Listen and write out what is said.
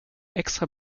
extra